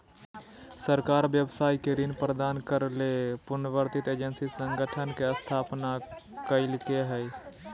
सरकार व्यवसाय के ऋण प्रदान करय ले पुनर्वित्त एजेंसी संगठन के स्थापना कइलके हल